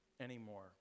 anymore